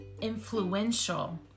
influential